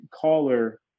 caller